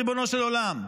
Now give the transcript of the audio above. ריבונו של עולם,